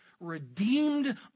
redeemed